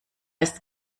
ist